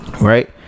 right